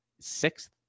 sixth